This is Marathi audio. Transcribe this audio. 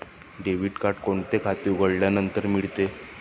डेबिट कार्ड कोणते खाते उघडल्यानंतर मिळते?